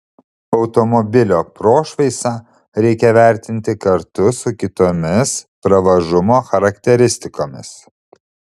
automobilio prošvaisą reikia vertinti kartu su kitomis pravažumo charakteristikomis